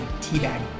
teabag